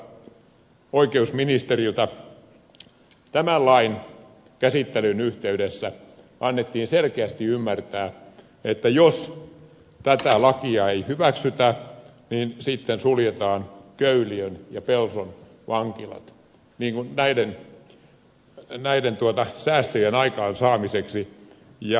tämän lain käsittelyn yhteydessä annettiin selkeästi ymmärtää että jos tätä lakia ei hyväksytä niin sitten suljetaan köyliön ja pelson vankilat näiden säästöjen aikaan saamiseksi